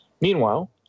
Meanwhile